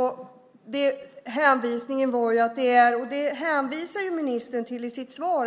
I sitt svar hänvisar ministern till